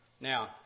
Now